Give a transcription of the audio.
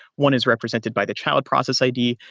one is represented by the child process id.